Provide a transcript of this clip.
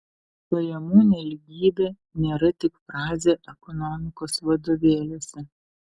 pajamų nelygybė nėra tik frazė ekonomikos vadovėliuose